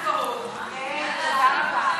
ההצעה